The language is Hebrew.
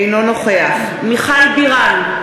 אינו נוכח מיכל בירן,